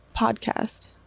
podcast